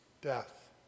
death